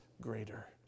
greater